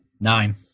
nine